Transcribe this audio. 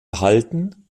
halten